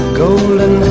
golden